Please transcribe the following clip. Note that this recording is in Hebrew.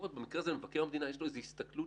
שלמבקר המדינה יש איזו הסתכלות